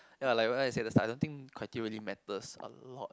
ya like what I said I don't think criteria really matters a lot